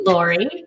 Lori